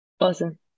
Awesome